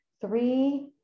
Three